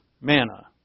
manna